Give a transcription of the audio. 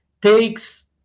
takes